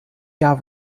jahr